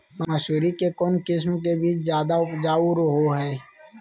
मसूरी के कौन किस्म के बीच ज्यादा उपजाऊ रहो हय?